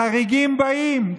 החריגים באים.